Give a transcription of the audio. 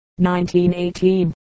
1918